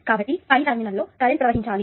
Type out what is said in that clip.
కాబట్టి పై టెర్మినల్లో కరెంట్ ప్రవహించాలి